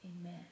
amen